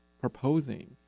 proposing